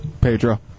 Pedro